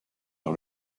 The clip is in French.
par